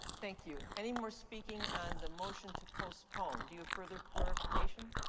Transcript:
thank you. any more speaking on the motion to postpone? do you have further clarification?